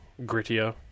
grittier